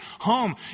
home